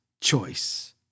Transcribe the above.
choice